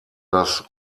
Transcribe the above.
das